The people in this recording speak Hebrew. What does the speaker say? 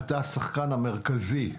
אתה השחקן המרכזי כאן.